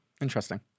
Interesting